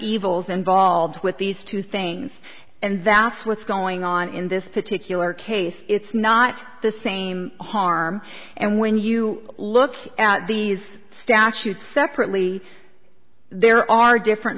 evils involved with these two things and that's what's going on in this particular case it's not the same harm and when you look at these statutes separately there are different